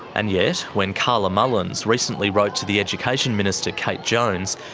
and yet, when carla mullins recently wrote to the education minister, kate jones,